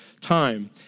time